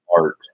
art